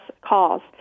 calls